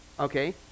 Okay